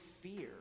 fear